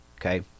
Okay